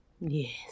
Yes